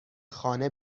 خانه